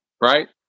Right